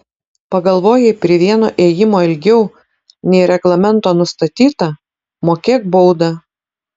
pagalvojai prie vieno ėjimo ilgiau nei reglamento nustatyta mokėk baudą